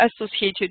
associated